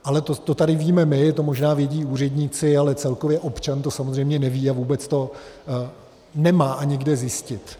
Ale to tady víme my, to možná vědí úředníci, ale celkově občan to samozřejmě neví a vůbec to nemá ani kde zjistit.